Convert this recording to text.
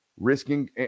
risking –